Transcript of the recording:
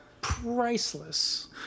priceless